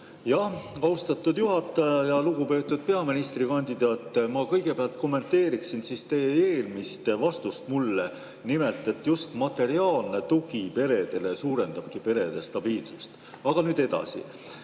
Jah, austatud juhataja! Lugupeetud peaministrikandidaat! Ma kõigepealt kommenteerin teie eelmist vastust mulle. Nimelt, just materiaalne tugi peredele suurendabki perede stabiilsust. Aga nüüd edasi.